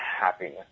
happiness